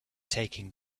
taking